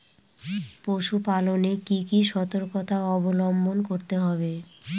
পশুপালন এ কি কি সর্তকতা অবলম্বন করতে হবে?